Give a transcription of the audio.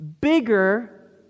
bigger